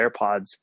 AirPods